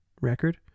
record